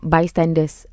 Bystanders